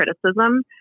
criticism